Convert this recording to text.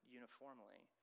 uniformly